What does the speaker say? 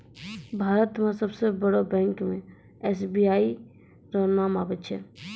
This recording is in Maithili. भारत मे सबसे बड़ो बैंक मे एस.बी.आई रो नाम आबै छै